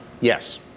Yes